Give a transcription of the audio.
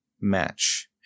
match